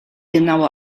genaue